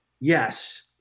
Yes